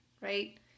right